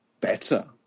better